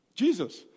Jesus